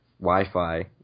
Wi-Fi